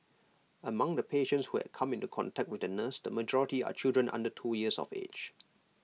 among the patients who had come into contact with the nurse the majority are children under two years of age